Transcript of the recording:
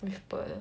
with pearl